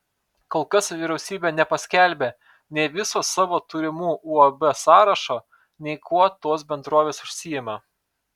kol kas vyriausybė nepaskelbė nei viso savo turimų uab sąrašo nei kuo tos bendrovės užsiima